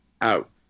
out